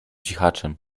cichaczem